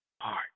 heart